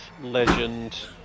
Legend